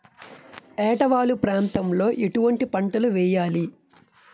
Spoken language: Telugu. ఏటా వాలు ప్రాంతం లో ఎటువంటి పంటలు వేయాలి?